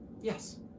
yes